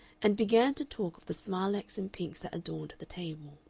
and began to talk of the smilax and pinks that adorned the table.